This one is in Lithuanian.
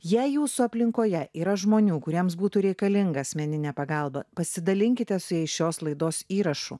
jei jūsų aplinkoje yra žmonių kuriems būtų reikalinga asmeninė pagalba pasidalinkite su jais šios laidos įrašu